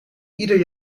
ieder